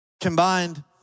combined